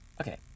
okay